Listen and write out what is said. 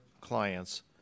clients